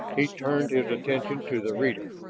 he turned his attention to the reader.